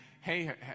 hey